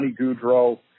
Goudreau